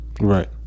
Right